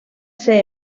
ser